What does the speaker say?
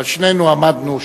אבל שנינו עמדנו,